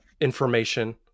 information